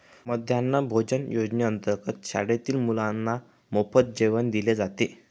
मध्यान्ह भोजन योजनेअंतर्गत शाळेतील मुलांना मोफत जेवण दिले जाते